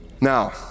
Now